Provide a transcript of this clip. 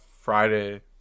Friday